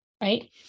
right